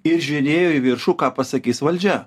ir žiūrėjo į viršų ką pasakys valdžia